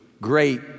great